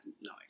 no